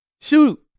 Shoot